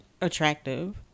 attractive